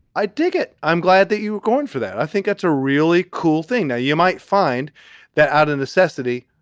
i dig it. i'm glad that you were going for that. i think that's a really cool thing. you might find that out of necessity.